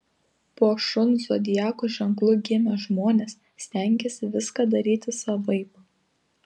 po šuns zodiako ženklu gimę žmonės stengiasi viską daryti savaip